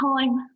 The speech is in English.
time